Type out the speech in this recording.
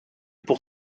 pour